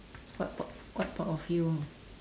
what part what part of you